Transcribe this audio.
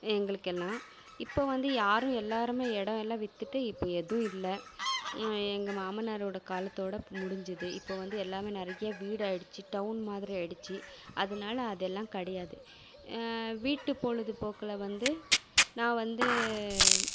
எங்களுக்கெல்லாம் இப்போ வந்து யாரும் எல்லாருமே இடம் எல்லாம் விற்றுட்டு இப்போ எதுவும் இல்லை எங்கள் மாமனாரோட காலத்தோட முடிஞ்சிது இப்போ வந்து எல்லாமே நிறைய வீடாயிடுச்சு டௌன் மாதிரி ஆயிடுச்சு அதனால் அது எல்லாம் கிடையாது வீட்டு பொழுதுபோக்கில் வந்து நான் வந்து